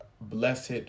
blessed